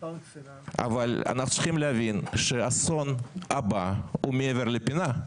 אבל אנחנו צריכים להבין שאסון הבא הוא מעבר לפינה.